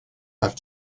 have